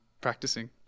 practicing